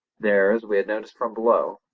there, as we had noticed from below,